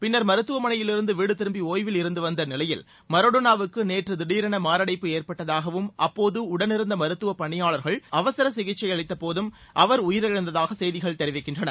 பின்னா் மருத்துவமனையிலிருந்து வீடு திரும்பி ஓயவில் இருந்து வந்த நிலையில் மரடோனோவுக்கு நேற்று திடரென மாரடைப்பு ஏற்பட்டதாகவும் அப்போது உடவிருந்த மருத்துவ பணியாளர்கள் அவசர சிகிச்சை அளித்த போதும் அவா் உயிரிழந்ததாகவும் செய்திகள் தெரிவிக்கின்றன